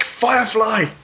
Firefly